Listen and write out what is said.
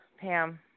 Pam